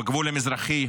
בגבול המזרחי,